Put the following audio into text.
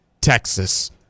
Texas